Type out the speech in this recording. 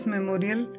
Memorial